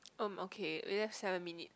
um okay we left seven minute